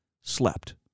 slept